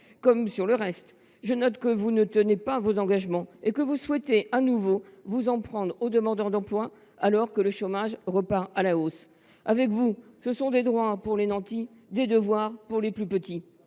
comme sur le reste, vous ne tenez pas vos engagements : vous souhaitez de nouveau vous en prendre aux demandeurs d’emploi alors que le chômage repart à la hausse. Avec vous, ce sont des droits pour les nantis, des devoirs pour les plus petits